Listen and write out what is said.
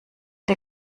der